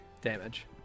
Damage